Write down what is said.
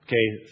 Okay